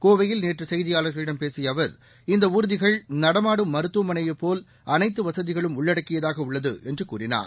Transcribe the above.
கோவையில் நேற்று செய்தியாளர்களிடம் பேசிய அவர் இந்த ஊர்திகள் நடமாடும் மருத்துவமனையைப் போல் அனைத்து வசதிகளும் உள்ளடக்கியதாக உள்ளது என்று கூறினார்